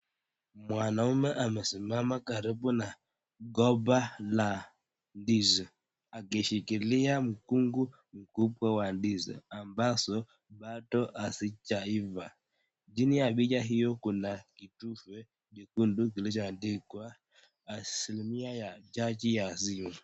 Mwanamume amesimama karibu na mgomba la ndizi. Akishikilia mkungu mkubwa wa ndizi ambazo bado hazijaiva. Chini ya picha hiyo kuna kitufe chekundu kilichoandikwa asilimia ya chaji ya simu.